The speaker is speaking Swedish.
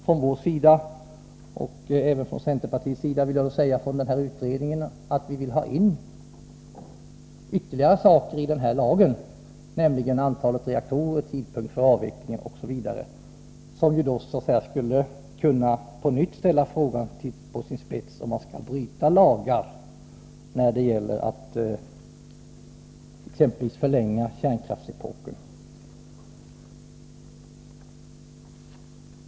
Från vår sida — och även från centerns sida — har vi i fråga om den aktuella utredningen framhållit att vi vill ha ytterligare detaljer införda i nämnda lag. Det gäller antalet reaktorer, tidpunkten för en avveckling och annat som på nytt skulle kunna ställa frågan på sin spets — huruvida man skall begå lagbrott t.ex. när det gäller att förlänga kärnkraftsepoken.